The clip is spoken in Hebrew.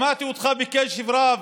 שמעתי אותך בקשב רב,